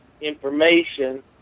information